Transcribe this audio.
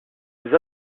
les